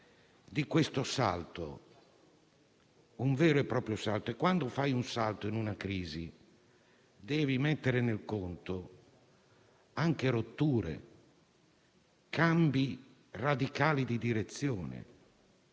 Si tratta di un vero e proprio salto e, quando fai un salto in una crisi, devi mettere in conto anche rotture, cambi radicali di direzione.